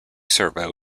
servo